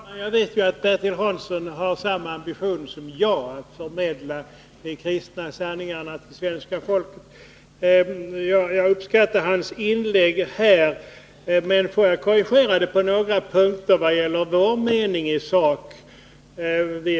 Fru talman! Jag vet att Bertil Hansson har samma ambition som jag att förmedla de kristna sanningarna till svenska folket. Jag uppskattar hans inlägg här, men får jag korrigera det på några punkter vad gäller vår mening i sak.